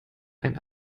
ein